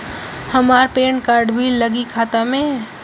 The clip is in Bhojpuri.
हमार पेन कार्ड भी लगी खाता में?